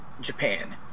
Japan